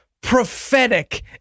prophetic